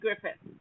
Griffith